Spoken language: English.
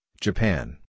Japan